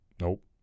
Nope